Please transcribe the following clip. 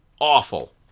awful